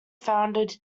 founded